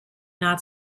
not